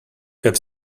have